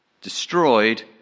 destroyed